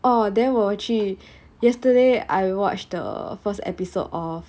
oh then 我去 yesterday I watched the first episode of